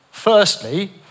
Firstly